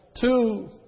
two